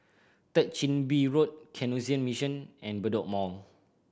Third Chin Bee Road Canossian Mission and Bedok Mall